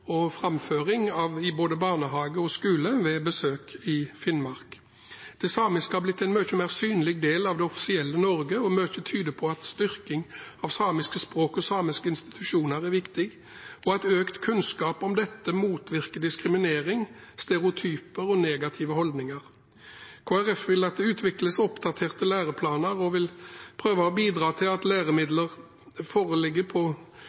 framføring i både barnehage og skole ved besøk i Finnmark. Det samiske har blitt en mye mer synlig del av det offisielle Norge. Mye tyder på at styrking av samiske språk og samiske institusjoner er viktig, og at økt kunnskap om dette motvirker diskriminering, stereotypier og negative holdninger. Kristelig Folkeparti vil at det utvikles oppdaterte læreplaner og vil prøve å bidra til at læremidler foreligger i og på